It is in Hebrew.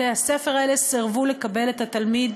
בתי-הספר האלה סירבו לקבל את התלמיד.